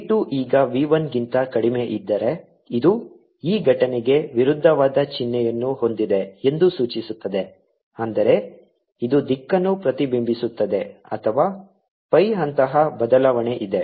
v 2 ಈಗ v 1 ಗಿಂತ ಕಡಿಮೆಯಿದ್ದರೆ ಇದು e ಘಟನೆಗೆ ವಿರುದ್ಧವಾದ ಚಿಹ್ನೆಯನ್ನು ಹೊಂದಿದೆ ಎಂದು ಸೂಚಿಸುತ್ತದೆ ಅಂದರೆ ಇದು ದಿಕ್ಕನ್ನು ಪ್ರತಿಬಿಂಬಿಸುತ್ತದೆ ಅಥವಾ pie ಹಂತದ ಬದಲಾವಣೆ ಇದೆ